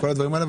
כל הדברים האלה,